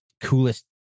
coolest